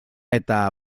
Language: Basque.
eta